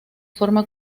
forma